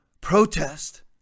protest